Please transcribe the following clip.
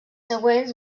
següents